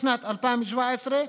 בשנת 2017,